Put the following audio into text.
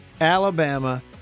Alabama